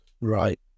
Right